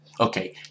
Okay